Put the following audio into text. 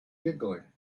giggling